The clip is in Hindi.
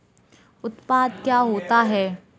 उत्पाद क्या होता है?